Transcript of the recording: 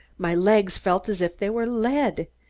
my legs felt as if they were lead.